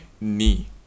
knee